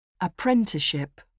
Apprenticeship